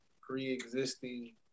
pre-existing